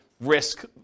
Risk